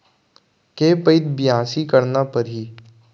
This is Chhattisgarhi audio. के पइत बियासी करना परहि?